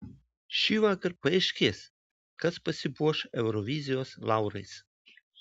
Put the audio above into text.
šįvakar paaiškės kas pasipuoš eurovizijos laurais